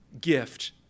gift